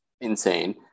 insane